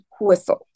whistle